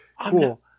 Cool